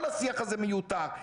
כל השיח הזה מיותר.